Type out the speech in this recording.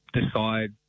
decide